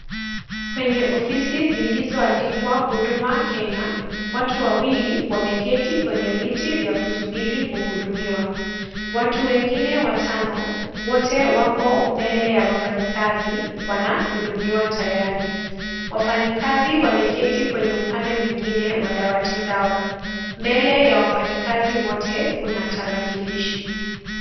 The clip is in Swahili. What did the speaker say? Kwenye ofisi zilizoandikwa Huduma Kenya, watu wawili wameketi kwenye viti vya kusubiri kuhudumiwa. Watu wengine watano, wote wako mbele ya wafanyikazi, wanahudumiwa tayari. Wafanyikazi wameketi kwenye upande mwingine wa dawati zao. Mbele ya wafanyikazi wote, kuna tarakilishi.